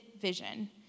vision